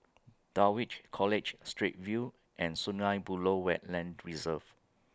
Dulwich College Straits View and Sungei Buloh Wetland Reserve